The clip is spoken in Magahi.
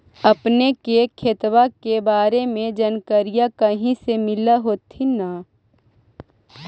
अपने के खेतबा के बारे मे जनकरीया कही से मिल होथिं न?